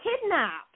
kidnapped